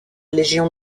légion